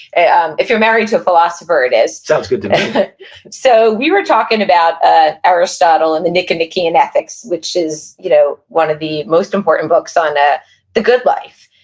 and if you're married to a philosopher it is sounds good to me so we were talking about ah aristotle, and the nicomachaen ethics, which is, you know, one of the most important books on ah the good life.